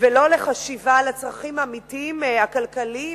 ולא לחשיבה על הצרכים האמיתיים, הכלכליים